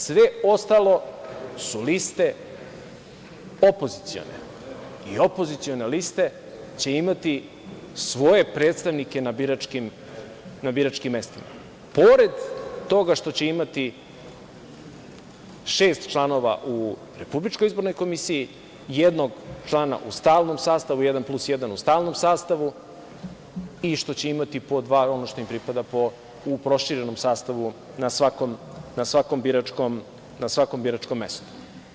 Sve ostalo su liste opozicione i opozicione liste će imati svoje predstavnike na biračkim mestima, pored toga što će imati šest članova u RIK, jednog člana u stalnom sastavu, jedan plus jedan u stalnom sastavu i što će imati po dva, ono što im pripada u proširenom sastavu na svakom biračkom mestu.